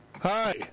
Hi